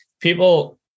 people